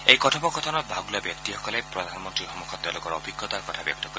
এই কথোপকথনত ভাগ লোৱা ব্যক্তিসকলে প্ৰধানমন্ত্ৰীৰ সন্মুখত তেওঁলোকৰ অভিজ্ঞতাৰ কথা ব্যক্ত কৰিব